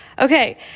Okay